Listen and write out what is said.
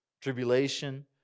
tribulation